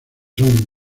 son